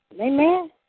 Amen